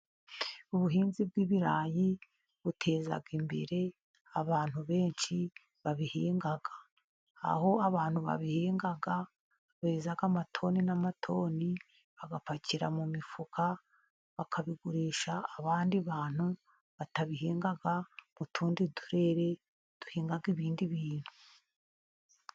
Ubuhinzi bw'ibirayi buteza imbere abantu benshi babihinga, aho abantu babihinga beza amatoni n'amatoni, bagapakira mu mifuka bakabigurisha abandi bantu batabihinga, mu tundi turere duhinga ibindi bintu.